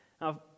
Now